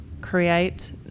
create